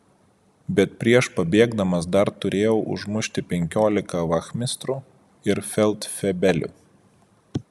bet prieš pabėgdamas dar turėjau užmušti penkiolika vachmistrų ir feldfebelių